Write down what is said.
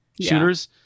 shooters